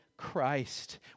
Christ